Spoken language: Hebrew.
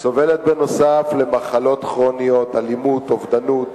סובלת נוסף על מחלות כרוניות, אלימות, אובדנות